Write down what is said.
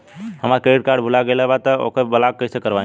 हमार credit card भुला गएल बा त ओके ब्लॉक कइसे करवाई?